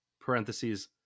parentheses